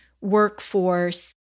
workforce